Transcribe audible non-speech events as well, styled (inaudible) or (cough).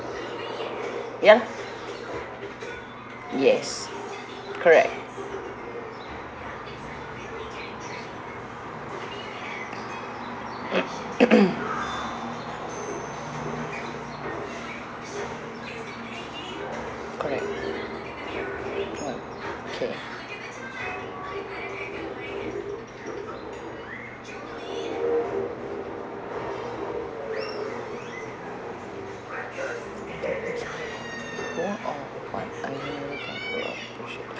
ya yes correct (coughs) correct oh K